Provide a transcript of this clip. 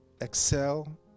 excel